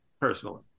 personally